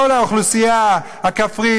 כל האוכלוסייה הכפרית,